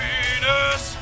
Venus